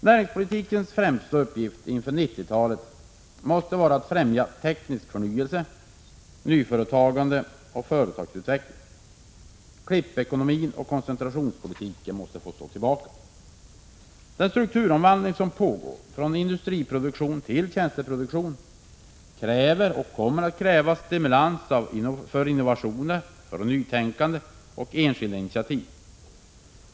Näringspolitikens främsta uppgift inför 1990-talet måste vara att främja teknisk förnyelse, nyföretagande och företagsutveckling. Klippekonomin och koncentrationspolitiken måste få stå tillbaka. Den 'strukturomvandling som pågår från industriproduktion till tjänsteproduktion: kräver och kommer att kräva stimulans för innovationer, nytänkande och enskilda initiativ.